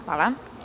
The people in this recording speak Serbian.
Hvala.